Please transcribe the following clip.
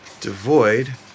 Devoid